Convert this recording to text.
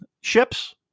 ships